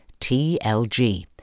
TLG